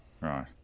right